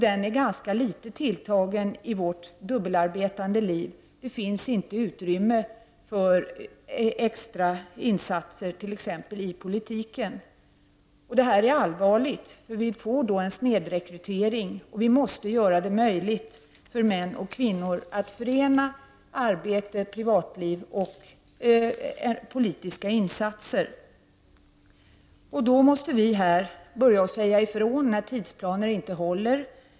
Den är ganska snålt tilltagen i vårt dubbelarbetande liv — det finns inte utrymme för extra insatser t.ex. i politiken. Detta är allvarligt, för det leder till en snedrekrytering. Vi måste göra det möjligt för män och kvinnor att förena arbete, privatliv och politiska insatser. Då måste vi här börja säga ifrån när tidsplaner inte håller.